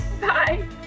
Bye